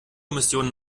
missionen